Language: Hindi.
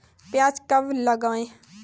प्याज कब लगाएँ?